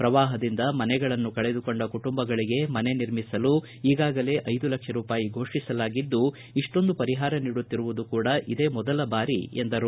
ಪ್ರವಾಪದಿಂದ ಮನೆಗಳನ್ನು ಕಳೆದುಕೊಂಡ ಕುಟುಂಬಗಳಗೆ ಮನೆ ನಿರ್ಮಿಸಲು ಈಗಾಗಲೇ ಐದು ಲಕ್ಷ ರೂಪಾಯಿ ಫೋಷಿಸಲಾಗಿದ್ದು ಇಷ್ಟೊಂದು ಪರಿಹಾರ ನೀಡುತ್ತಿರುವುದು ಕೂಡ ಇದೇ ಮೊದಲ ಬಾರಿ ಎಂದರು